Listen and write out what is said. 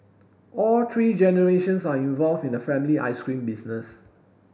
all three generations are involved in the family ice cream business